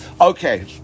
okay